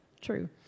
true